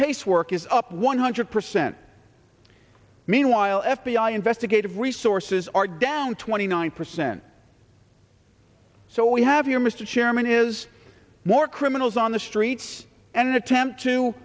casework is up one hundred percent meanwhile f b i investigative resources are down twenty nine percent so we have you mr chairman is more criminals on the streets and an attempt to